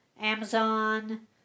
Amazon